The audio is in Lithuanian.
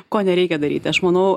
ko nereikia daryti aš manau